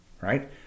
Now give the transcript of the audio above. right